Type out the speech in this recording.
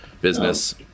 business